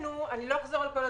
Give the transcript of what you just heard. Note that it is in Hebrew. לענייננו, לא אחזור על כל הדברים.